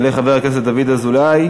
יעלה חבר הכנסת דוד אזולאי,